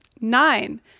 nine